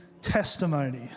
testimony